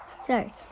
Sorry